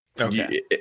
Okay